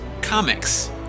comics